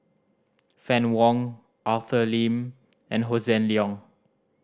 Fann Wong Arthur Lim and Hossan Leong